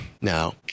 Now